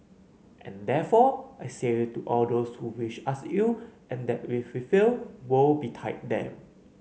and therefore I say to all those who wish us ill and that if we fail woe betide them